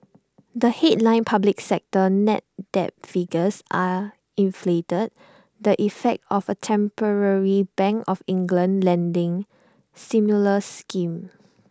the headline public sector net debt figures are inflated the effect of A temporary bank of England lending stimulus scheme